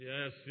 Yes